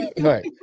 Right